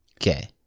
Okay